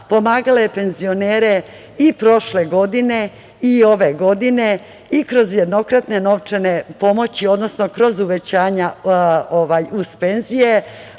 pomagala je penzionere i prošle godine i ove godine i kroz jednokratne novčane pomoći, odnosno kroz uvećanja uz penzije,